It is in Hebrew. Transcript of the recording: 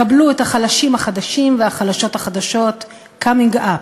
קבלו את החלשים החדשים והחלשות החדשות coming up.